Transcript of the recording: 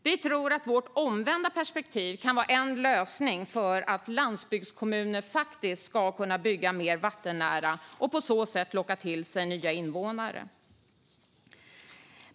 Vi tror att vårt omvända perspektiv kan vara en lösning för att landsbygdskommuner faktiskt ska kunna bygga mer vattennära och på så sätt locka till sig nya invånare.